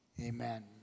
Amen